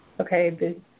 Okay